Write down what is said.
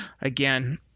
Again